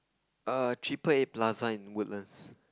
err Triple Eight Plaza in Woodlands